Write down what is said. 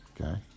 okay